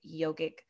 yogic